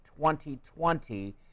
2020